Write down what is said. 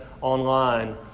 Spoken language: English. online